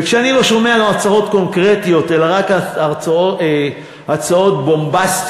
וכשאני לא שומע הצהרות קונקרטיות אלא רק הצהרות בומבסטיות,